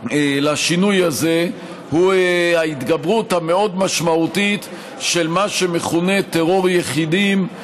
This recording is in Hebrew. לשינוי הזה הוא אולי ההתגברות המאוד-משמעותית של מה שמכונה טרור יחידים,